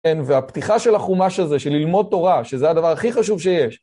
כן, והפתיחה של החומש הזה, של ללמוד תורה, שזה הדבר הכי חשוב שיש